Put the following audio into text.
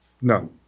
No